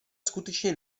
skutečně